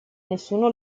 nessuno